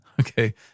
okay